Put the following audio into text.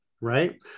right